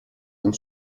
and